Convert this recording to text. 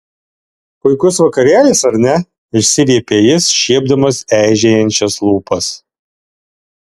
puikus vakarėlis ar ne išsiviepė jis šiepdamas eižėjančias lūpas